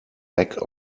lack